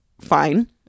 fine